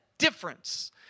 difference